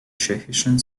tschechischen